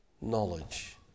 knowledge